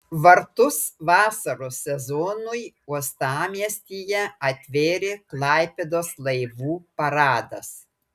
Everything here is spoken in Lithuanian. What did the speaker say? vartus vasaros sezonui uostamiestyje atvėrė klaipėdos laivų paradas